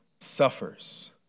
suffers